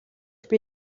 буй